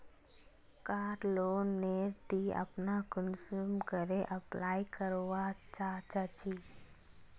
कार loan नेर ती अपना कुंसम करे अप्लाई करवा चाँ चची?